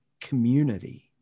community